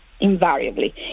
invariably